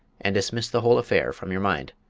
and dismiss the whole affair from your mind.